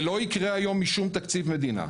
זה לא יקרה היום משום תקציב מדינה.